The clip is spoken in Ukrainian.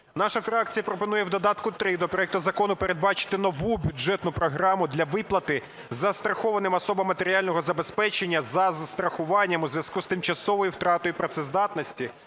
Наша фракція пропонує в додатку 3 до проекту закону передбачити нову бюджетну програму для виплати застрахованим особам матеріального забезпечення за страхуванням у зв'язку з тимчасовою втратою працездатності